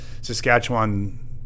Saskatchewan